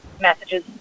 messages